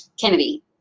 Kennedy